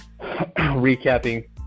recapping